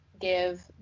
give